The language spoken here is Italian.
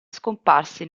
scomparsi